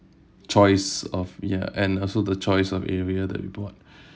choice of ya and also the choice of area that we bought